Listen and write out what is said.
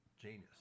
genius